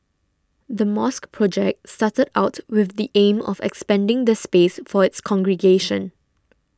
the mosque project started out with the aim of expanding the space for its congregation